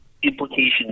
implications